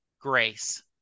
grace